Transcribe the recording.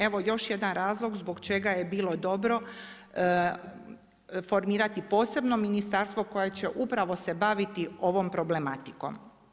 Evo još jedan razlog zbog čega je bilo dobro formirati posebno ministarstvo koje će upravo se baviti ovom problematikom.